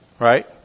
Right